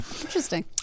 Interesting